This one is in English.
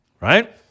Right